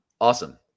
Awesome